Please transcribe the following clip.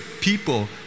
people